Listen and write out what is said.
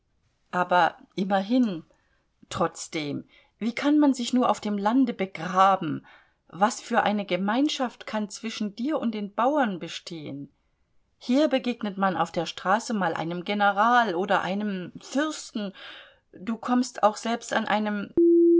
aber immerhin trotzdem wie kann man sich nur auf dem lande begraben was für eine gemeinschaft kann zwischen dir und den bauern bestehen hier begegnet man auf der straße mal einem general oder einem fürsten du kommst auch selbst an einem